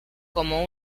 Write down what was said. como